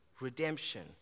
redemption